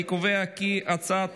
אני קובע כי הצעת